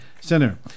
Center